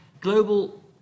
Global